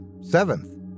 seventh